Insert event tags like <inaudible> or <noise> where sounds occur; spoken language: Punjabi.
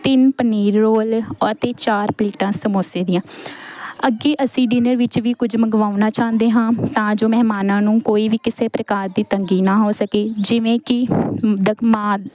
ਤਿੰਨ ਪਨੀਰ ਰੋਲ ਅਤੇ ਚਾਰ ਪਲੇਟਾਂ ਸਮੋਸੇ ਦੀਆਂ ਅੱਗੇ ਅਸੀਂ ਡਿਨਰ ਵਿੱਚ ਵੀ ਕੁਝ ਮੰਗਵਾਉਣਾ ਚਾਹੁੰਦੇ ਹਾਂ ਤਾਂ ਜੋ ਮਹਿਮਾਨਾਂ ਨੂੰ ਕੋਈ ਵੀ ਕਿਸੇ ਪ੍ਰਕਾਰ ਦੀ ਤੰਗੀ ਨਾ ਹੋ ਸਕੇ ਜਿਵੇਂ ਕਿ <unintelligible>